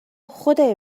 خدای